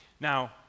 Now